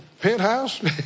penthouse